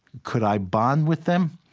could i bond with them?